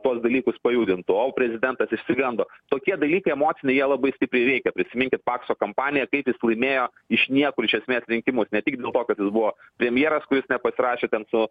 tuos dalykus pajudintų o prezidentas išsigando tokie dalykai emociniai jie labai stipriai veikia prisiminkit pakso kampaniją kaip jis laimėjo iš niekur iš esmės rinkimus ne tik dėl to kad buvo premjeras kuris nepasirašė ten su